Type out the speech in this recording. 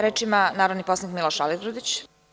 Reč ima narodni poslanik Miloš Aligrudić.